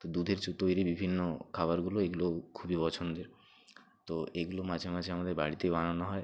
তো দুধের চ্ তৈরি বিভিন্ন খাবারগুলো এগুলোও খুবই পছন্দের তো এগুলো মাঝে মাঝে আমাদের বাড়িতেই বানানো হয়